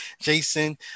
Jason